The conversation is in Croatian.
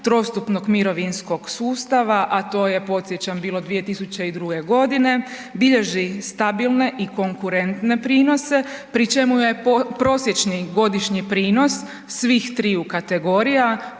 trostupnog mirovinskog sustava, a to je podsjećam bilo 2002.g., bilježi stabilne i konkurentne prinose pri čemu je prosječni godišnji prinos svih triju kategorija